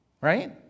right